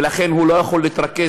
ולכן הוא לא יכול להתרכז,